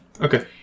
Okay